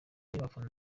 y’abafana